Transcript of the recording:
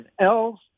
else